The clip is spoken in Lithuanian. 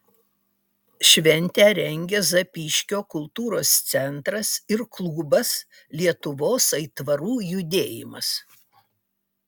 šventę rengia zapyškio kultūros centras ir klubas lietuvos aitvarų judėjimas